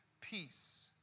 peace